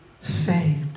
saved